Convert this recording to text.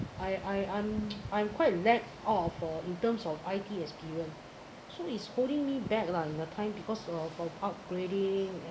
I I I'm I'm quite lack of uh in terms of I_T experience so is holding me back lah in the time because uh for upgrading